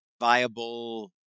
viable